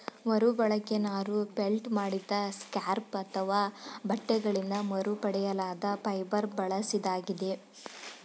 ಮರುಬಳಕೆ ನಾರು ಫೆಲ್ಟ್ ಮಾಡಿದ ಸ್ಕ್ರ್ಯಾಪ್ ಅಥವಾ ಬಟ್ಟೆಗಳಿಂದ ಮರುಪಡೆಯಲಾದ ಫೈಬರ್ ಬಳಸಿದಾಗಿದೆ